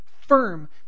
Firm